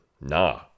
Nah